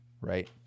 right